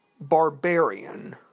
barbarian